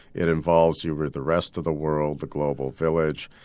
it involves you with the rest of the world, the global village.